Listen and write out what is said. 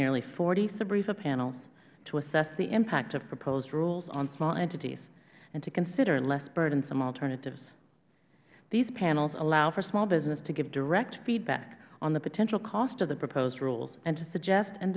nearly forty sbrefa panels to assess the impact of proposed rules on small entities and to consider less burdensome alternatives these panels allow for small business to give direct feedback on the potential cost of the proposed rules and to suggest and